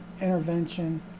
intervention